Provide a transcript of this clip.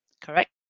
Correct